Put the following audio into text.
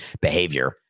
behavior